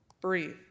Breathe